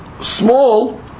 small